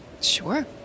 Sure